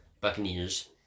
Buccaneers